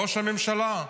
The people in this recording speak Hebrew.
ראש הממשלה.